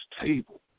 table